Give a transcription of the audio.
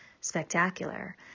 spectacular